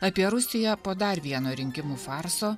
apie rusiją po dar vieno rinkimų farso